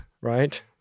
right